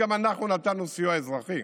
גם אנחנו נתנו סיוע אזרחי.